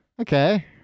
okay